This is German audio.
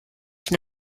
die